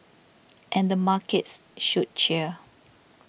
and the markets should cheer